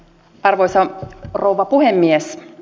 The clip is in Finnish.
arvoisa rouva puhemies